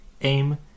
aim